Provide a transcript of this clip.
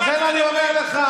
אז לכן אני אומר לך,